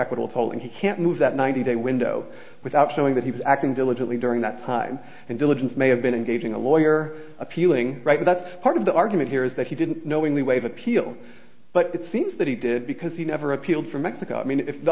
acquittal told him he can't move that ninety day window without showing that he was acting diligently during that time and diligence may have been engaging a lawyer appealing right that's part of the argument here is that he didn't knowingly waive appeal but it seems that he did because he never appealed for mexico i mean if the